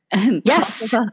Yes